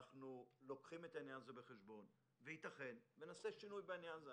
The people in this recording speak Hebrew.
אנחנו לוקחים את העניין הזה בחשבון וייתכן שנעשה שינוי בעניין הזה.